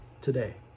today